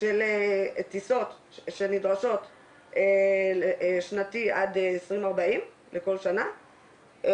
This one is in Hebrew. של טיסות שנדרשות שנתי עד 2024 לכל שנה,